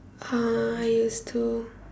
I used to